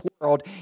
world